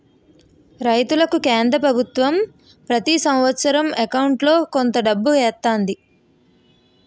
రైతులకి కేంద్ర పభుత్వం ప్రతి సంవత్సరం కొంత డబ్బు ఎకౌంటులో ఎత్తంది